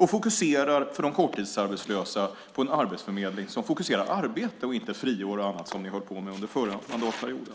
Vi fokuserar på en arbetsförmedling som fokuserar på arbetet och inte friår och annat som ni höll på med under förra mandatperioden.